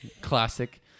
Classic